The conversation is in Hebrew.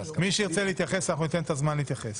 מי שירצה להתייחס, אנחנו ניתן את הזמן להתייחס.